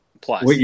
plus